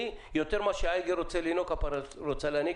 יותר ממה שהעגל רוצה לינוק הפרה רוצה להיניק.